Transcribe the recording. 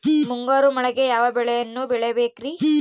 ಮುಂಗಾರು ಮಳೆಗೆ ಯಾವ ಬೆಳೆಯನ್ನು ಬೆಳಿಬೇಕ್ರಿ?